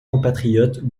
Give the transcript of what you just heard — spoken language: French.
compatriotes